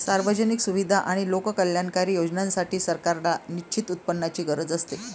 सार्वजनिक सुविधा आणि लोककल्याणकारी योजनांसाठी, सरकारांना निश्चित उत्पन्नाची गरज असते